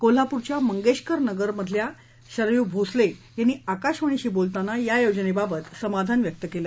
कोल्हापूर मंगेशकर नगरमधल्या शरयू भोसले यांनी आकाशवाणीशी बोलताना या योजनेबाबत समाधान व्यक्त केलं